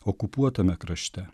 okupuotame krašte